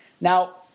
now